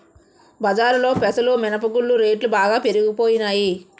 బజారులో పెసలు మినప గుళ్ళు రేట్లు బాగా పెరిగిపోనాయి